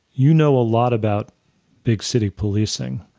you know a lot about big city policing.